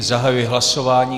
Zahajuji hlasování.